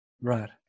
Right